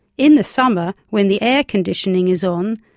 in the summer, when the air conditioning is on,